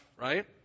right